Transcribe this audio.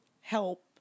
help